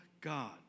God